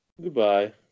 Goodbye